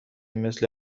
مثل